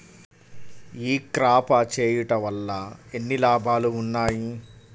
ఈ క్రాప చేయుట వల్ల ఎన్ని లాభాలు ఉన్నాయి?